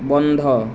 বন্ধ